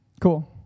cool